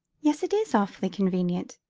yes it is awfully convenient,